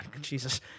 Jesus